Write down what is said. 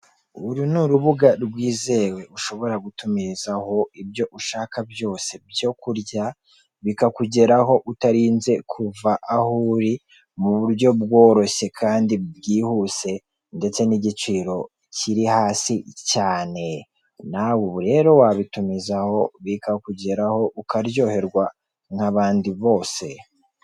Uru ni urubuga rwizewe ushobora gutumizaho ibyo ushaka byose byo kurya bikakugeraho utarinze kuva aho uri mu buryo bworoshye kandi bwihuse ndetse n'igiciro kiri hasi cyane, nawe ubu rero wabitumizaho bikakugeraho ukaryoherwa nk'abandi bose.